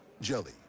Jelly